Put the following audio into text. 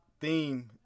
theme